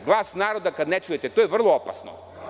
Glas naroda kada ne čujete, to je vrlo opasno.